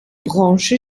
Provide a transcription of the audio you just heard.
branche